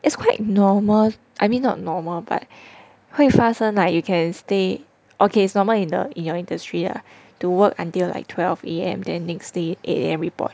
it's quite normal I mean not normal but 会发生 like you can stay okay it's normal in the in your industry ah to work until like twelve A_M then next day eight A_M report